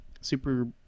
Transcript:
Super